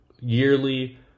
Yearly